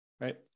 right